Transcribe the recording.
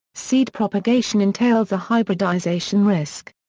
seed-propagation entails a hybridisation risk.